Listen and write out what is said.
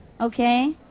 okay